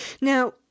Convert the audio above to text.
Now